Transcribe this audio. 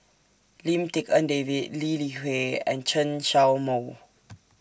Lim Tik En David Lee Li Hui and Chen Show Mao